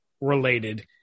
related